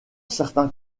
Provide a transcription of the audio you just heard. certains